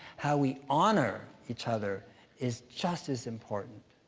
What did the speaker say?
how we honor each other is just as important.